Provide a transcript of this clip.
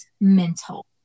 mental